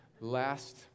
last